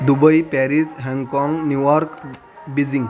Dubai Paris हँगकाँग New York Beijing